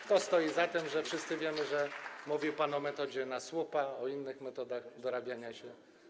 Kto stoi za tym, że wszyscy wiemy, że mówił pan o metodzie: na słupa, o innych metodach dorabiania się?